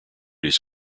his